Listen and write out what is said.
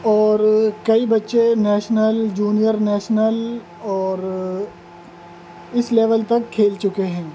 اور کئی بچے نیشنل جونیئر نیشنل اور اس لیول تک کھیل چکے ہیں